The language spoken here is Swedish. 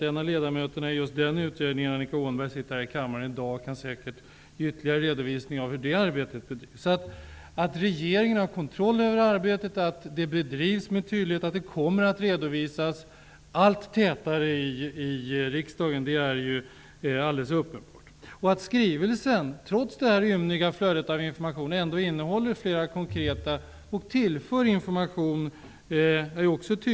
En av ledamöterna i en sådan utredning, Annika Åhnberg, sitter här i kammaren och kan säkert ge ytterligare redovisning av hur det arbetet bedrivs. Det är alldeles uppenbart att regeringen har kontroll över arbetet, att det bedrivs med tydlighet och kommer att redovisas allt tätare i riksdagen. Det är också tydligt att skrivelsen, trots det ymniga flödet av information, innehåller flera konkretiseringar och tillför information.